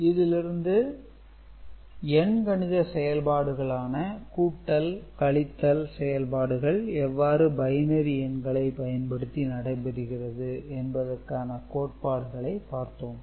இதிலிருந்து எண் கணித செயல்பாடுகளான கூட்டல் கழித்தல் செயல்பாடுகள் எவ்வாறு பைனரி எண்களை பயன்படுத்தி நடைபெறுகிறது என்பதற்கான கோட்பாடுகளை பார்த்தோம்